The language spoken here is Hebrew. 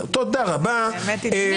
באמת בחיים שלי לא ראיתי מחאה כזו,